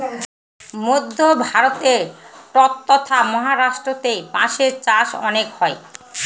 মধ্য ভারতে ট্বতথা মহারাষ্ট্রেতে বাঁশের চাষ অনেক হয়